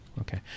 Okay